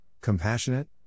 compassionate